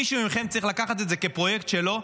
מישהו מכם צריך לקחת את זה כפרויקט שלו,